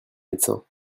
médecins